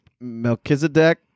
Melchizedek